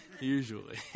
Usually